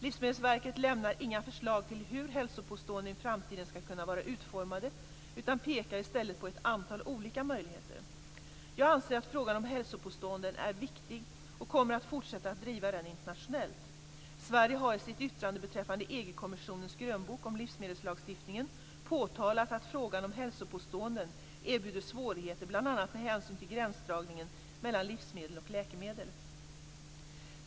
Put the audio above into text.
Livsmedelsverket lämnar inga förslag till hur hälsopåståenden i framtiden skall kunna vara utformade utan pekar i stället på ett antal olika möjligheter. Jag anser att frågan om hälsopåståenden är viktig och kommer att fortsätta att driva den internationellt. Sverige har i sitt yttrande beträffande EG kommissionens grönbok om livsmedelslagstiftningen påtalat att frågan om hälsopåståenden erbjuder svårigheter, bl.a. med hänsyn till gränsdragningen mellan livsmedel och läkemedel.